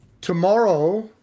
Tomorrow